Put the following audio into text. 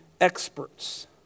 experts